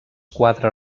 quatre